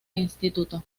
instituto